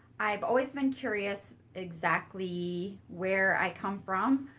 i've always been curious exactly where i come from,